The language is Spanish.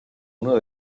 uno